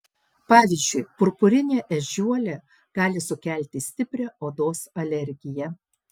pavyzdžiui purpurinė ežiuolė gali sukelti stiprią odos alergiją